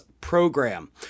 program